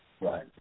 Right